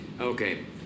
Okay